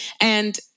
and-